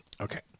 Okay